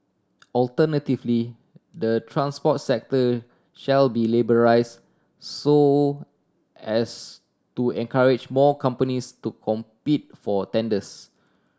alternatively the transport sector shall be liberalise so as to encourage more companies to compete for tenders